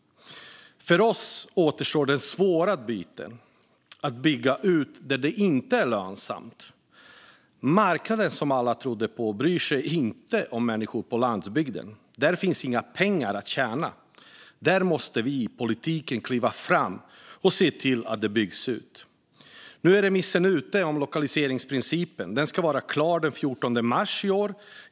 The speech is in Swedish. För oss återstår den svåra biten att bygga ut där det inte är lönsamt. Marknaden, som alla trodde på, bryr sig inte om människor på landsbygden. Där finns inga pengar att tjäna. Där måste vi i politiken kliva fram och se till att det byggs ut. Nu är remissen om lokaliseringsprincipen ute. Den ska vara klar den 14 mars i år.